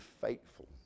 faithful